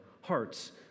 hearts